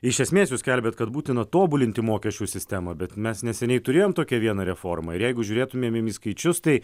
iš esmės jūs skelbiat kad būtina tobulinti mokesčių sistemą bet mes neseniai turėjom tokią vieną reformą ir jeigu žiūrėtumėm į skaičius tai